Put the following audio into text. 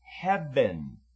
heaven